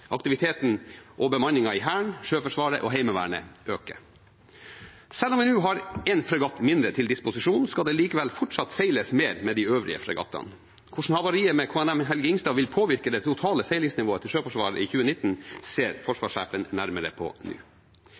Aktiviteten og bemanningen i Hæren, Sjøforsvaret og Heimevernet øker. Selv om vi nå har en fregatt mindre til disposisjon, skal det fortsatt seiles mer med de øvrige fregattene. Hvordan havariet med KNM «Helge Ingstad» vil påvirke det totale seilingsnivået til Sjøforsvaret i 2019, ser forsvarssjefen nærmere på nå.